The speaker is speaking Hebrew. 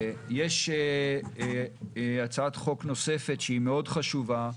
יש הצעת חוק נוספת שהיא חשובה מאוד,